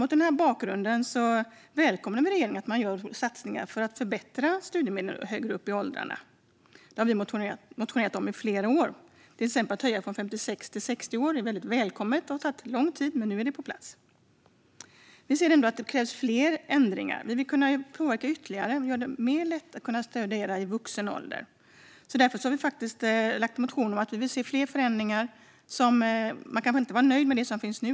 Mot denna bakgrund välkomnar vi att regeringen gör satsningar för att förbättra möjligheten till studiemedel högre upp i åldrarna. Det har vi skrivit motioner om i flera år. Till exempel är höjningen från 56 till 60 år väldigt välkommen. Det har tagit lång tid, men nu är det på plats. Vi ser dock att fler ändringar krävs. Vi vill kunna påverka detta ytterligare och göra det lättare att studera i vuxen ålder. Därför har vi lagt fram motioner om fler förändringar. Vi är inte helt nöjda med det som finns nu.